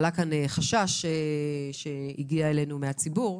עלה כאן חשש, שהגיע אלינו מהציבור,